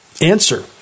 Answer